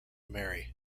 marry